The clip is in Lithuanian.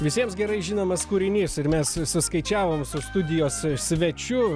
visiems gerai žinomas kūrinys ir mes suskaičiavom su studijos svečiu